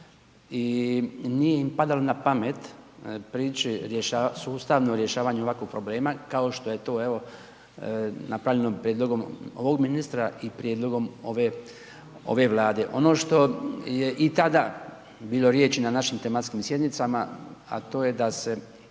I nije im padalo na pamet prići sustavnom rješavanju ovakvog problema kao što je to napravljeno prijedlogom ovog ministra i prijedlogom ove Vlade. Ono što je i tada bilo riječ na našim tematskim sjednicama, a to je da se